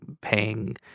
paying